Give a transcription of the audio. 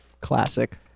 Classic